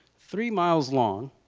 three miles long